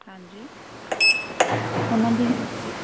ਹਾਂਜੀ ਉਹਨਾਂ ਦੀ